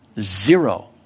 Zero